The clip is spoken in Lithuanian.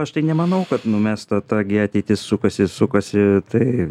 aš tai nemanau kad numestų ta gi ateitis sukasi ir sukasi tai